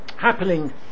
happening